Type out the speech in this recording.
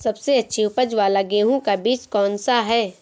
सबसे अच्छी उपज वाला गेहूँ का बीज कौन सा है?